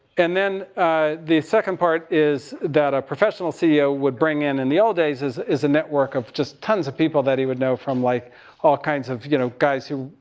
and then the second part is that a professional ceo would bring in, in the old days is, is a network of just tons of people that he would know from like all kinds of, you know, guys who,